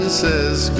says